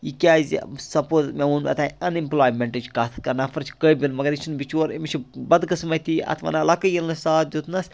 یہِ کیازِ سَپُز مےٚ وونمو تۄہہِ اَن ایمپٕلایمٮ۪نٹٕچ کَتھ کانٛہہ نَفَر چھُ قٲبِل مگر یہِ چھُنہٕ بِچور أمِس چھِ بدقسمٔتی اَتھ وَنان لَقٕے ییلہِ نہٕ ساتھ دِیُتنَس